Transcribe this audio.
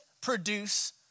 produce